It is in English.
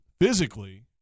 physically